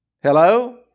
Hello